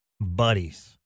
buddies